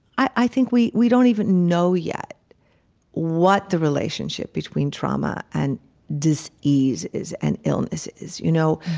i think we we don't even know yet what the relationship between trauma and disease is and illness is you know,